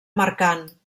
mercant